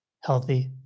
Healthy